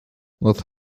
north